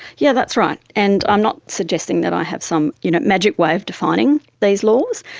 yeah that's right, and i'm not suggesting that i have some you know magic way of defining these laws,